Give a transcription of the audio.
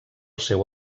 seu